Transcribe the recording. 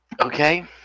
Okay